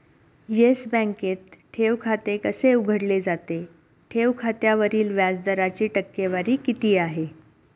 Yes बँकेत ठेव खाते कसे उघडले जाते? ठेव खात्यावरील व्याज दराची टक्केवारी किती आहे?